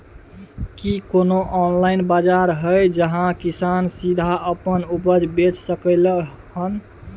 की कोनो ऑनलाइन बाजार हय जहां किसान सीधा अपन उपज बेच सकलय हन?